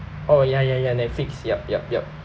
orh ya ya ya Netflix yup yup yup